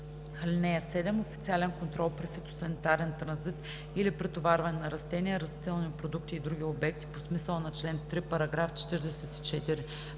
(7) Официален контрол при фитосанитарен транзит или претоварване на растения, растителни продукти и други обекти по смисъла на чл. 3, параграф 44,